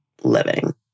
living